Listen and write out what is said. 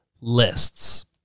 lists